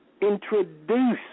introduce